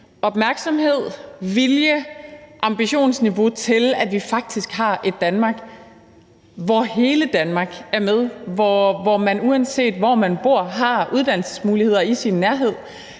opmærksomhed, vilje og ambitionsniveau til, at vi faktisk har et Danmark, hvor hele Danmark er med, og hvor man, uanset hvor man bor, har uddannelsesmuligheder i sin nærhed.